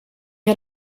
had